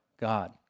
God